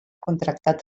contractat